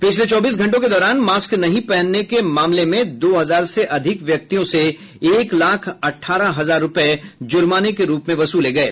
पिछले चौबीस घंटों के दौरान मास्क नहीं पहनने के मामलों में दो हजार से अधिक व्यक्तियों से एक लाख अठारह हजार रूपये जुर्माने के रूप में वसूले गये